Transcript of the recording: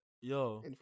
Yo